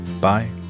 Bye